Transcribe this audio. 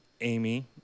Amy